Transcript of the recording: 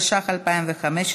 התשע"ח 2015,